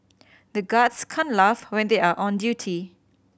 the guards can laugh when they are on duty